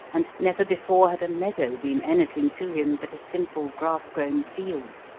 and never before had a meadow been anything to him but a simple grass-grown field.